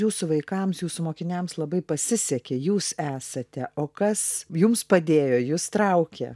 jūsų vaikams jūsų mokiniams labai pasisekė jūs esate o kas jums padėjo jus traukė